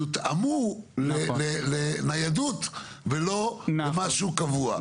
יותאמו לניידות ולא למשהו קבוע.